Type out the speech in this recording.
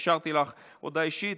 של חברת הכנסת אורלי לוי אבקסיס.